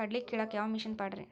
ಕಡ್ಲಿ ಕೇಳಾಕ ಯಾವ ಮಿಷನ್ ಪಾಡ್ರಿ?